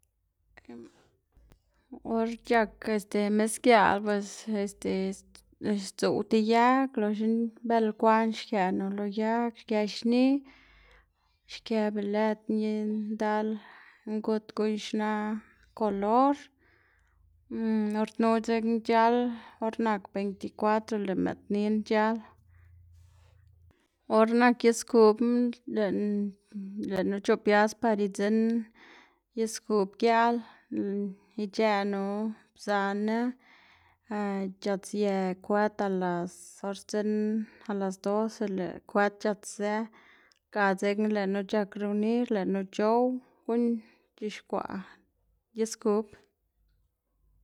or c̲h̲ak este misgiaꞌl pues este sdzuꞌw ti yag loxna belkwa'n xkëꞌnu lo yag xkë xni xkë be lëdna i ndal ngud guꞌn xnaꞌ kolor, or knu dzekna c̲h̲al or nak beinti cuatro lëꞌ mëꞌd nin c̲h̲al. Or nak is kubna lëꞌ- lëꞌnu c̲h̲obias par idzinn is kub giaꞌl ic̲h̲ëꞌnu pzanná c̲h̲atsye kwet a las or sdzinn a las doce lëꞌ kwet c̲h̲atszë, ga dzekna lëꞌnu c̲h̲ak reunir lëꞌnu c̲h̲ow guꞌn c̲h̲ixkwaꞌ is kub.